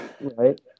Right